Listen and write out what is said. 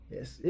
Yes